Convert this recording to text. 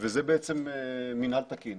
זה בעצם מינהל תקין,